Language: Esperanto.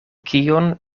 kion